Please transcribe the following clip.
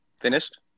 Finished